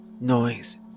noise